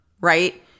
right